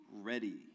ready